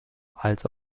als